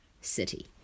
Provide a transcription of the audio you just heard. city